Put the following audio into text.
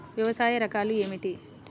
వ్యవసాయ రకాలు ఏమిటి?